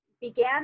began